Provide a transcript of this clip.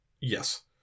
yes